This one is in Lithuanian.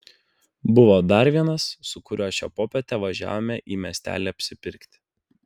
buvo dar vienas su kuriuo šią popietę važiavome į miestelį apsipirkti